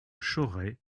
chauray